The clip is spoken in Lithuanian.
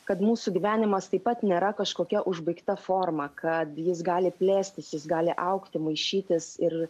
kad mūsų gyvenimas taip pat nėra kažkokia užbaigta forma kad jis gali plėstis jis gali augti maišytis ir